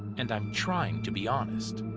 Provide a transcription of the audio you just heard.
and i'm trying to be honest.